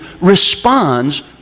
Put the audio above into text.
responds